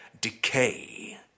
decay